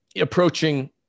Approaching